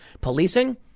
policing